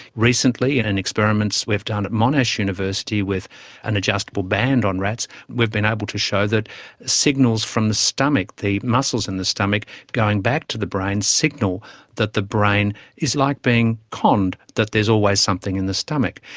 recently and in experiments we've done at monash university with an adjustable band on rats, we've been able to show that signals from the stomach, the muscles in the stomach going back to the brain signal that the brain is like being conned that there's always something in the stomach,